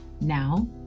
Now